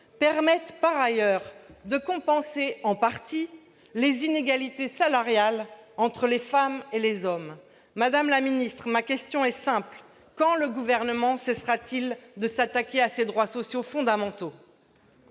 permettent par ailleurs de compenser en partie les inégalités salariales entre les femmes et les hommes. Madame la ministre, ma question est simple : quand le Gouvernement cessera-t-il de s'attaquer à ces droits sociaux fondamentaux ?